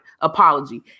apology